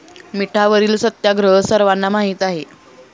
मिठावरील सत्याग्रह सर्वांना माहीत आहे